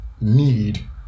need